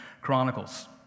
Chronicles